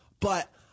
But-